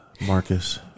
Marcus